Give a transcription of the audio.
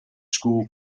school